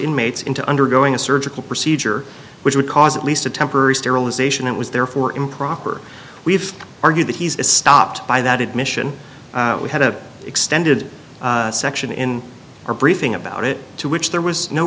inmates into undergoing a surgical procedure which would cause at least a temporary sterilization it was therefore improper we've argued that he's stopped by that admission we had a extended section in our briefing about it to which there was no